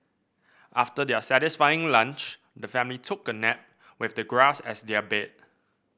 after their satisfying lunch the family took a nap with the grass as their bed